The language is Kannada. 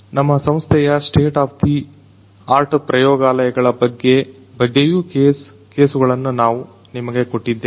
ನಮ್ಮ ಸಂಸ್ಥೆಯ ಸ್ಟೇಟ್ ಆಫ್ ದಿ ಆರ್ಟ್ ಪ್ರಯೋಗಾಲಯಗಳ ಬಗ್ಗೆಯೂ ಕೇಸುಗಳನ್ನು ನಾವು ನಿಮಗೆ ಕೊಟ್ಟಿದ್ದೇವೆ